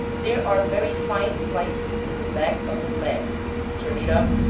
there are very fine slices in the back of the leg turn it up,